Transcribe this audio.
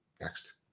Next